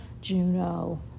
Juno